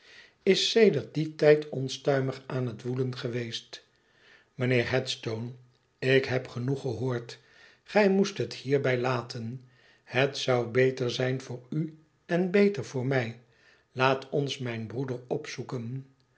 is sedert dien tijd onstuimig aan het woelen geweest mijnheer headstone ik heb genoeg gehoord gij moest het hierbij laten het zou beter zijn voor u en beter voor mij laat ons mijn broeder opzoeken